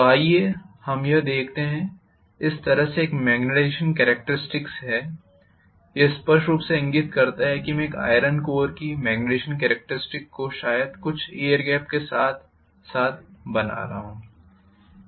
तो आइए हम कहते हैं कि इस तरह से एक मेग्नेटाईज़ेशन कॅरेक्टरिस्टिक्स है यह स्पष्ट रूप से इंगित करता है कि मैं एक आइरन कोर की मेग्नेटाईज़ेशन कॅरेक्टरिस्टिक्स को शायद कुछ एयर गेप के साथ साथ बना रहा हूं